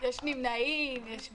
אין נמנעים 1 הצו אושר.